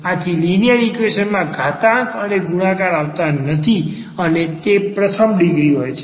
આથી linear equation માં ઘાતાંક અને ગુણાકાર આવતા નથી અને તે પ્રથમ ડિગ્રી હોય છે